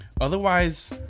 Otherwise